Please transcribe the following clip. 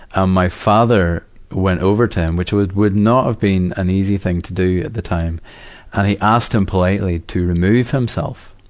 um my father went over to him which would would not have been an easy thing to do at the time and he asked him politely to remove himself,